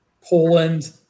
Poland